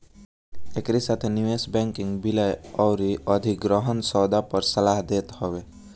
एकरी साथे निवेश बैंकिंग विलय अउरी अधिग्रहण सौदा पअ सलाह देत हवे